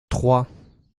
trois